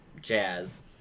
jazz